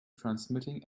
transmitting